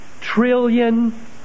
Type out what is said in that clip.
trillion